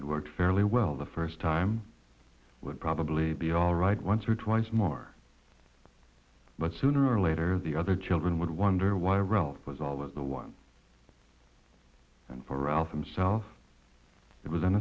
it worked fairly well the first time would probably be all right once or twice more but sooner or later the other children would wonder why ralph was always the one for ralph himself it was an